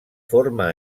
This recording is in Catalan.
forma